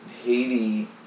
Haiti